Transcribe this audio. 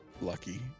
Lucky